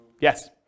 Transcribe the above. Yes